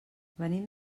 venim